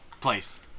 place